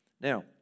Now